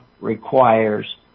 requires